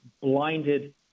blinded